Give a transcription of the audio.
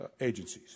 agencies